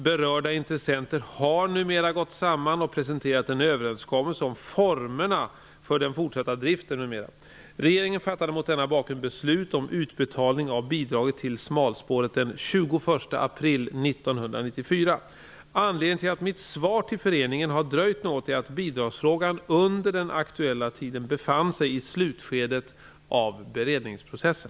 Berörda intressenter har numera gått samman och presenterat en överenskommelse om formerna för den fortsatta driften m.m. Regeringen fattade mot denna bakgrund beslut om utbetalning av bidraget till smalspåret den 21 april Anledningen till att mitt svar till föreningen har dröjt något är att bidragsfrågan under den aktuella tiden befann sig i slutskedet av beredningsprocessen.